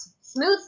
smooth